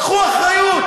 קחו אחריות.